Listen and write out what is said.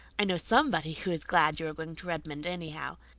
i know somebody who is glad you are going to redmond anyhow.